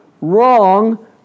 wrong